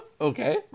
Okay